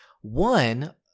one